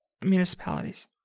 municipalities